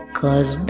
cause